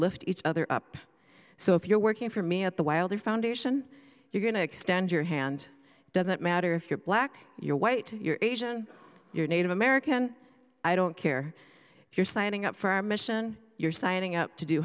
lift each other up so if you're working for me at the wilder foundation you're going to extend your hand doesn't matter if you're black you're white you're asian you're native american i don't care if you're signing up for our mission you're signing up to do